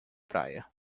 praia